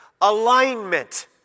Alignment